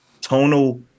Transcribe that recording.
tonal